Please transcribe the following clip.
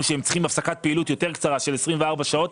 שהם צריכים הפסקת פעילות יותר קצרה של 24 שעות,